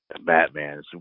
Batman